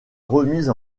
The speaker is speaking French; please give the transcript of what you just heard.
remise